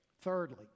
Thirdly